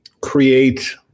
create